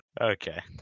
Okay